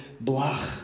blah